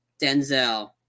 Denzel